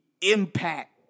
Impact